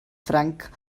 franc